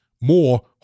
more